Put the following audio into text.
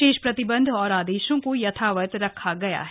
शेष प्रतिबंध एवं आदेशों को यथावत रखा गया है